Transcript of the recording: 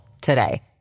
today